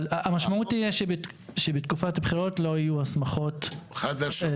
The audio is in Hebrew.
אבל המשמעות תהיה שבתקופת בחירות לא יהיו הסמכות חדשות.